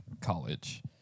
college